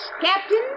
Captain